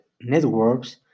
networks